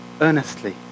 earnestly